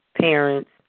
parents